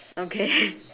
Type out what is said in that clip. okay